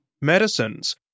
medicines